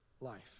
life